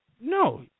No